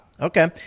Okay